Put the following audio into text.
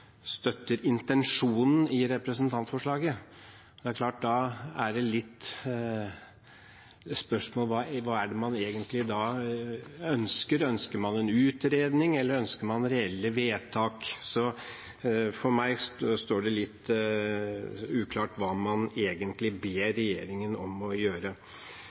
støtter intensjonen i representantforslaget. Det er klart at da er det et spørsmål om hva det er man egentlig ønsker. Ønsker man en utredning, eller ønsker man reelle vedtak? For meg er det litt uklart hva man egentlig ber regjeringen om å gjøre.